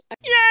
yay